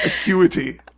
acuity